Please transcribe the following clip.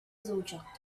zodiac